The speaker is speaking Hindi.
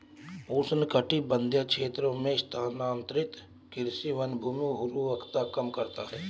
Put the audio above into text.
उष्णकटिबंधीय क्षेत्रों में स्थानांतरित कृषि वनभूमि उर्वरता कम करता है